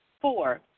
Four